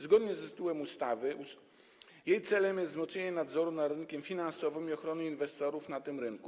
Zgodnie z tytułem ustawy jej celem jest wzmocnienie nadzoru nad rynkiem finansowym i ochrony inwestorów na tym rynku.